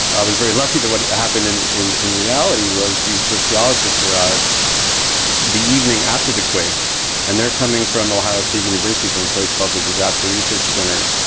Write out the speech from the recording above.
i was very lucky that what happened in in reality was these sociologists arrive the evening after the quake and they're coming from ohio state university from a place called the disaster research center,